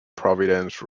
providence